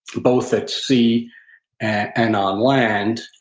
both at sea and on land.